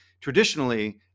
traditionally